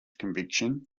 conviction